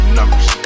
Numbers